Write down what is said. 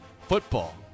football